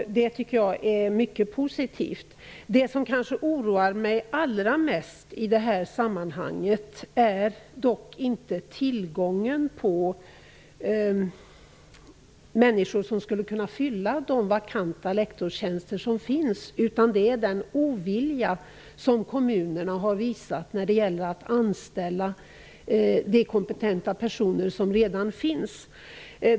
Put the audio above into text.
Det tycker jag är mycket positivt. Det som oroar mig allra mest i det här sammanhanget är dock inte tillgången på människor som skulle kunna fylla de vakanta lektorstjänsterna, utan det är den ovilja som kommunerna har visat när det gäller att anställa de kompetenta personer som redan finns.